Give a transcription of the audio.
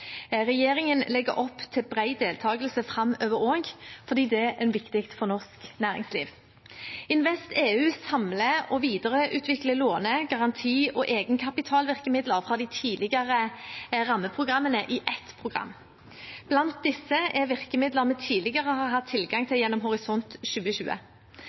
Regjeringen legger opp til en bred deltakelse framover også fordi det er viktig for norsk næringsliv. InvestEU samler og videreutvikler låne-, garanti- og egenkapitalvirkemidler fra de tidligere rammeprogrammene i ett program. Blant disse er virkemidler vi tidligere har hatt tilgang til gjennom Horisont 2020.